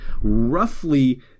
roughly